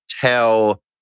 tell